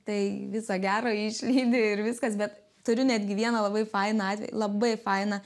tai viso gero išlydi ir viskas bet turiu netgi vieną labai fainą atvejį labai fainą